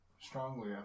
strongly